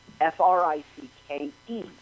F-R-I-C-K-E